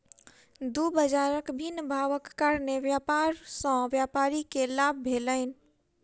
दू बजारक भिन्न भावक कारणेँ व्यापार सॅ व्यापारी के लाभ भेलैन